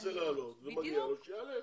אם מישהו ירצה לעלות ומגיע לו, שיעלה,